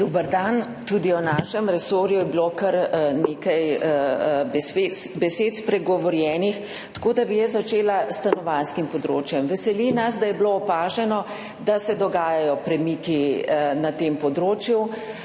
Dober dan! Tudi o našem resorju je bilo kar nekaj besed spregovorjenih, tako da bi jaz začela s stanovanjskim področjem. Vseli nas, da je bilo opaženo, da se dogajajo premiki na tem področju,